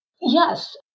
Yes